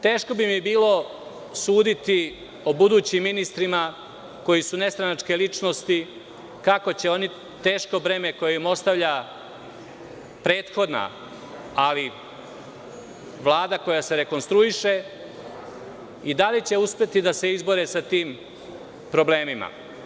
Teško bi mi bilo suditi o budućim ministrima koji su nestranačke ličnosti, kako će oni teško breme koje im ostavlja prethodna, ali Vlada koja se rekonstruiše, i da li će uspeti da se izbore sa tim problemima?